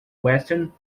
western